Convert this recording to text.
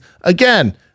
Again